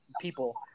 people